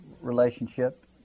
relationship